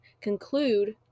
Conclude